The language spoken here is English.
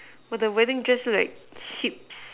but the wedding just like hips